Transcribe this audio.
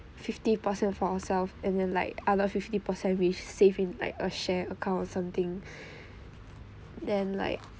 fifty percent for ourselves and then like other fifty percent we save in like a share account or something then like